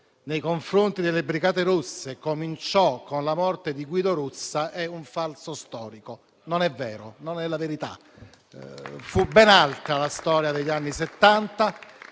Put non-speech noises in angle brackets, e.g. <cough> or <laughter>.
nei confronti delle brigate rosse cominciò con la morte di Guido Rossa è un falso storico, non è vero, non è la verità. <applause> Fu ben altra la storia degli anni